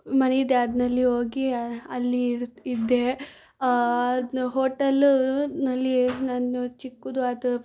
ಮನೆಯಿದೆ ಅದ್ರಲ್ಲಿ ಹೋಗಿ ಅಲ್ಲಿ ಇದ್ದೆ ಅದನ್ನ ಹೋಟಲಿನಲ್ಲಿ ನಾನು ಚಿಕ್ಕದಾದ